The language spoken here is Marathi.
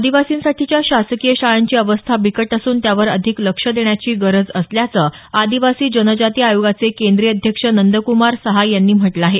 आदीवासींसाठीच्या शासकीय शाळांची अवस्था बिकट असून त्यावर अधिक लक्ष देण्याची गरज असल्याची माहिती आदिवासी जनजाती आयोगाचे केंद्रीय अध्यक्ष नंद्क्मार सहाय यांनी म्हटलं आहे